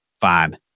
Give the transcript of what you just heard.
Fine